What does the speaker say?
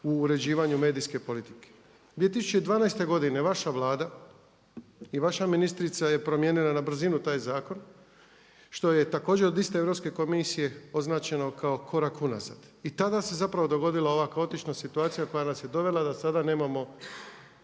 u uređivanju medijske politike. 2012. godine vaša Vlada i vaša ministrica je promijenila na brzinu taj zakon što je također od iste Europske komisije označeno kao korak unazad. I se zapravo dogodila ova kaotična situacija koja nas je dovela da sada nemamo